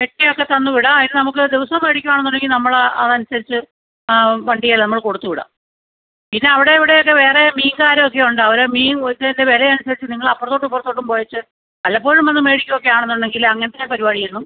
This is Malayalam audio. വെട്ടി ഒക്കെ തന്ന് വിടാം അതിന് നമുക്ക് ദിവസവും മേടിക്കുവാണെന്നുണ്ടെങ്കിൽ നമ്മളെ അതനുസരിച്ച് വണ്ടിയിൽ നമ്മൾ കൊടുത്ത് വിടാം പിന്നെ അവിടെ ഇവിടെയൊക്കെ വേറെ മീൻകാരോ ഒക്കെ ഉണ്ട് അവരെ മീൻ ഒരുത്തൻ്റെ വില അനുസരിച്ച് നിങ്ങൽ അപ്പുറത്തോട്ടും ഇപ്പുറത്തോട്ടും പോയേച്ച് വല്ലപ്പോഴും വന്ന് മേടിക്കുവൊക്കെ ആണെന്നുണ്ടെങ്കിൽ അങ്ങനത്തെ പരിപാടി ഒന്നും